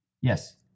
Yes